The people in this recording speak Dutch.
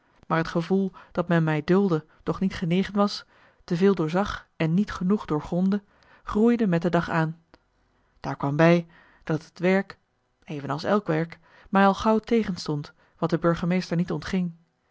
maar het gevoel dat men mij duldde doch niet genegen was te veel doorzag en niet genoeg doorgrondde groeide marcellus emants een nagelaten bekentenis met de dag aan daar kwam bij dat het werk evenals elk werk mij al gauw tegenstond wat de burgemeester niet ontging